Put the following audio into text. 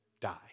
die